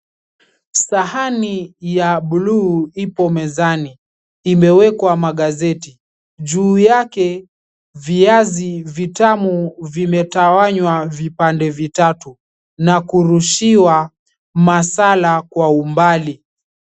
Sahani ya buluu ipo mezani, imewekwa magazeti, juu yake viazi vitamu vimetawanywa vipande vitatu na kurushiwa masala kwa umbali.